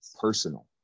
personal